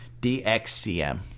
DXCM